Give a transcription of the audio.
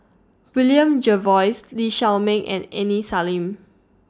William Jervois Lee Shao Meng and Aini Salim